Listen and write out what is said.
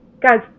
Guys